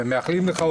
ומאחלים לך,